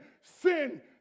sin